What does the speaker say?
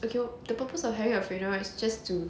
okay the purpose of having a funeral right is just to